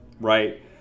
right